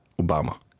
Obama